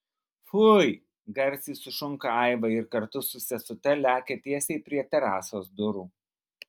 fui garsiai sušunka aiva ir kartu su sesute lekia tiesiai prie terasos durų